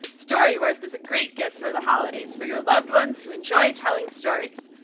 story worth is a great gift for the holidays for your loved ones who enjoy telling stories.